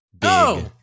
big